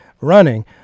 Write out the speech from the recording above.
running